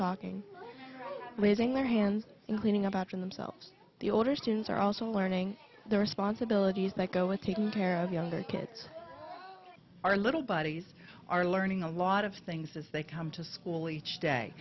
talking leaving their hands in cleaning up after themselves the older students are also learning the responsibilities that go with taking care of younger kids are little buddies are learning a lot of things as they come to school each day